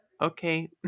okay